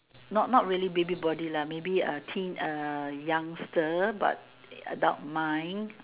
not not really baby body lah maybe a teen a youngster but adult mind